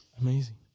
Amazing